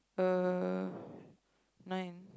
uh nine